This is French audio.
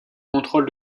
contrôle